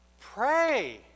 pray